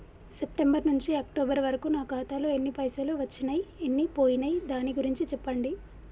September నుంచి October వరకు నా ఖాతాలో ఎన్ని పైసలు వచ్చినయ్ ఎన్ని పోయినయ్ దాని గురించి చెప్పండి?